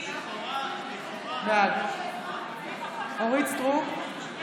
בעד אורית מלכה סטרוק,